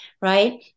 right